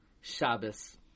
Shabbos